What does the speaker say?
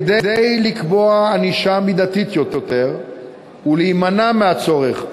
כדי לקבוע ענישה מידתית יותר ולהימנע מהצורך,